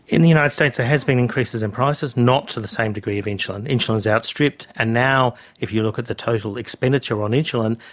in the united states there ah has been increases in prices, not to the same degree of insulin. insulin is outstripped and now if you look at the total expenditure on insulin,